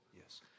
Yes